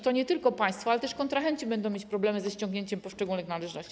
To nie tylko państwo, ale też kontrahenci będą mieć problemy ze ściągnięciem należności.